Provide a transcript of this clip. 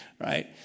right